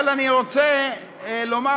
אבל אני רוצה לומר